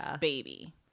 baby